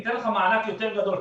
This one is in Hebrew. ניתן לך מענק יותר גדול,